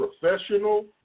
professional